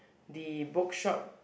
the bookshop